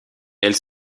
elle